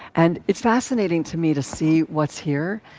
and it's fascinating to me to see what's here,